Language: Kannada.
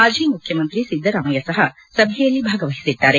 ಮಾಜಿ ಮುಖ್ಚುಮಂತ್ರಿ ಸಿದ್ದರಾಮಯ್ಯ ಸಹ ಸಭೆಯಲ್ಲಿ ಭಾಗವಹಿಸಿದ್ದಾರೆ